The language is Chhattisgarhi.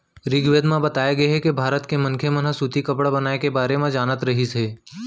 ऋगवेद म बताए गे हे के भारत के मनखे मन ह सूती कपड़ा बनाए के बारे म जानत रहिस हे